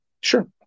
Sure